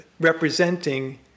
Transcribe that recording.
representing